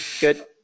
Good